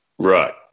Right